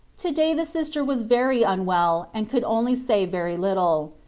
to day the sister was very unwell and could only say very little.